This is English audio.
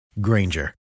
Granger